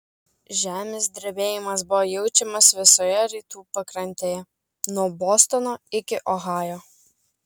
žemės drebėjimas buvo jaučiamas visoje rytų pakrantėje nuo bostono iki ohajo